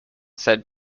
said